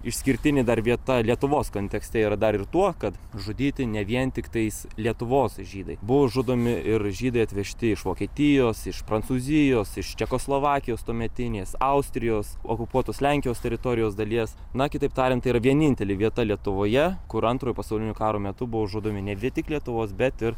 išskirtinė dar vieta lietuvos kontekste yra dar ir tuo kad žudyti ne vien tiktais lietuvos žydai buvo žudomi ir žydai atvežti iš vokietijos iš prancūzijos iš čekoslovakijos tuometinės austrijos okupuotos lenkijos teritorijos dalies na kitaip tariant tai yra vienintelė vieta lietuvoje kur antrojo pasaulinio karo metu buvo žudomi ne tik lietuvos bet ir